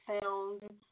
sound